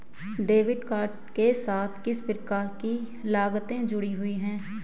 Debit card के साथ किस प्रकार की लागतें जुड़ी हुई हैं?